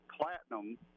Platinum